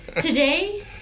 Today